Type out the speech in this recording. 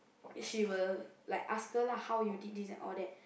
she will like ask her lah how you did this and all that